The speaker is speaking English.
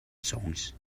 songs